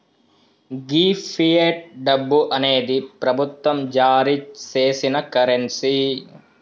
గీ fiat డబ్బు అనేది ప్రభుత్వం జారీ సేసిన కరెన్సీ